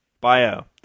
bio